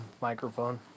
microphone